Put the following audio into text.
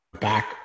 back